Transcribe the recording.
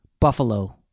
Buffalo